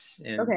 Okay